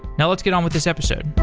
now, let's get on with this episode.